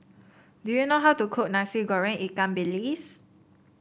do you know how to cook Nasi Goreng Ikan Bilis